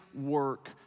work